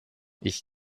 ich